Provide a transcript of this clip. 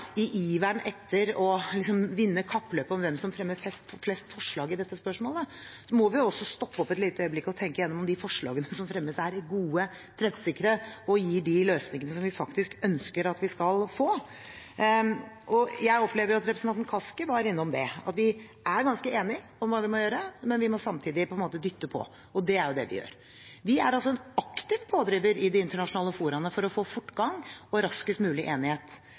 må vi også stoppe opp et øyeblikk og tenke gjennom om de forslagene som fremmes her, er gode, treffsikre og gir de løsningene som vi faktisk ønsker at vi skal få. Jeg oppfattet at representanten Kaski var innom det, og vi er ganske enige om hva vi må gjøre, men vi må samtidig dytte på. Det er det vi gjør. Vi er en aktiv pådriver i de internasjonale fora for å få fortgang og raskest mulig enighet.